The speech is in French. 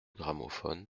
gramophone